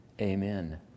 amen